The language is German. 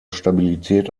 stabilität